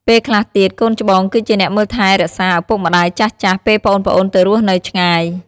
ពេលខ្លះទៀត កូនច្បងគឹជាអ្នកមើលថែរក្សាឪពុកម្ដាយចាស់ៗ ពេលប្អូនៗទៅរស់នៅឆ្ងាយ។